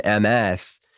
MS